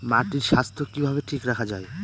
মাটির স্বাস্থ্য কিভাবে ঠিক রাখা যায়?